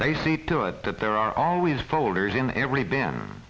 they see to it that there are always folders in every b